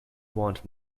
want